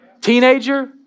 teenager